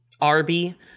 Arby